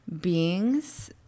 beings